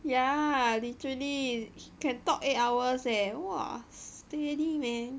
ya literally can talk eight hours leh !wah! steady man